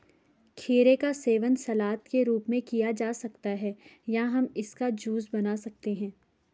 खीरे का सेवन सलाद के रूप में किया जा सकता है या हम इसका जूस बना सकते हैं